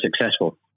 successful